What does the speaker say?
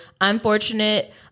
unfortunate